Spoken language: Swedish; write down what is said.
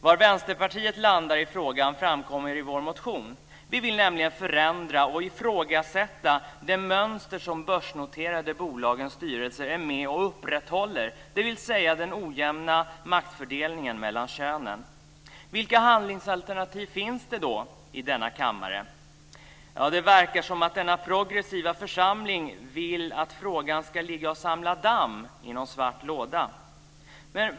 Var Vänsterpartiet landar i frågan framkommer i vår motion. Vi vill nämligen förändra och ifrågasätta det mönster som börsnoterade bolags styrelser är med och upprätthåller, dvs. den ojämna maktfördelningen mellan könen. Vilka handlingsalternativ finns då i denna kammare? Det verkar som att denna progressiva församling vill att frågan ska ligga och samla damm i någon svart låda.